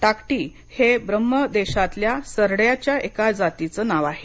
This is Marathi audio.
टाक्टी हे ब्रह्मदेशातल्या सरड्याच्या एका जातीचं नाव आहे